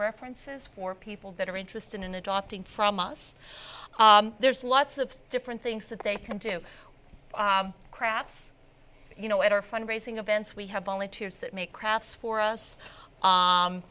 references for people that are interested in adopting from us there's lots of different things that they can do crafts you know at our fundraising events we have volunteers that make crafts for us